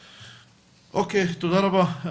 אוקיי, תודה רבה.